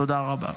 תודה רבה.